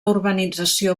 urbanització